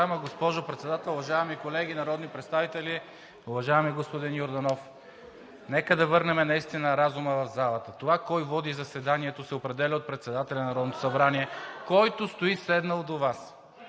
госпожо Председател, уважаеми колеги народни представители! Уважаеми господин Йорданов, нека да върнем разума в залата! Това кой води заседанието, се определя от председателя на Народното събрание, който стои седнал до Вас